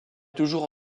toujours